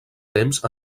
temps